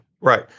Right